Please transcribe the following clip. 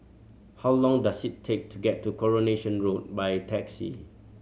how long does it take to get to Coronation Road by taxi